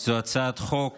זו הצעת חוק